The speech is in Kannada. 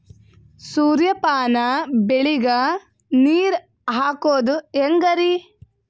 ಸೂರ್ಯಪಾನ ಬೆಳಿಗ ನೀರ್ ಹಾಕೋದ ಹೆಂಗರಿ?